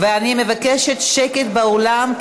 אני מבקשת שקט באולם,